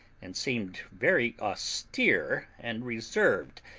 and seemed very austere and reserved,